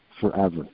forever